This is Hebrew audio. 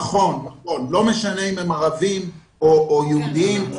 לא משנה אם הם ערבים או יהודים.